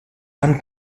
van